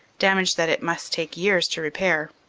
damage that it must take years to repair.